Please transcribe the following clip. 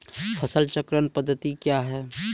फसल चक्रण पद्धति क्या हैं?